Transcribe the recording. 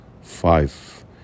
Five